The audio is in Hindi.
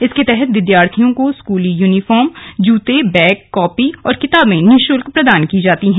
इसके तहत विद्यार्थियों को स्कूली यूनिफॉर्म जूते बैग कॉपी और किताबें निःशुल्क प्रदान की जाती हैं